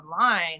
online